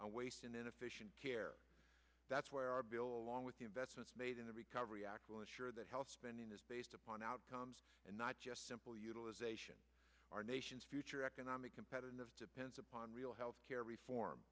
a waste in inefficient care that's where our bill along with the investments made in the recovery act will ensure that health spending is based upon outcomes and not just simple utilization our nation's future economic competitiveness depends upon real health care reform